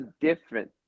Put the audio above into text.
different